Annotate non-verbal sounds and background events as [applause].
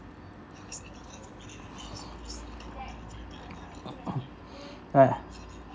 [coughs] [noise] a'ah